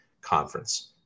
conference